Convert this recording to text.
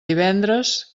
divendres